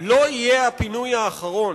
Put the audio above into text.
לא יהיה הפינוי האחרון.